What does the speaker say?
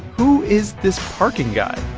who is this parking guy?